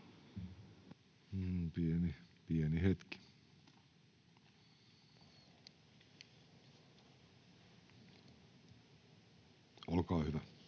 Pieni hetki. — Olkaa hyvä.